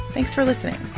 thanks for listening